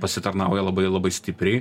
pasitarnauja labai labai stipriai